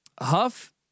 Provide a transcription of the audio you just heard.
Huff